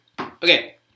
Okay